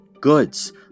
goods